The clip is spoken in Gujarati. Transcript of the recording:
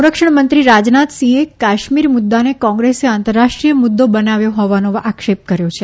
સંરક્ષણ મંત્રી રાજનાથસિંહે કાશ્મીર મુદ્દાને કોંગ્રેસ આંતરરાષ્ટ્રીય મુદ્દો બનાવ્યો હોવાનો આક્ષેપ કર્યો છે